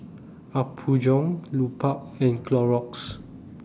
Apgujeong Lupark and Clorox